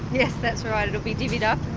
yes, that's right, will be divvied up